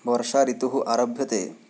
वर्ष ऋतुः आरभ्यते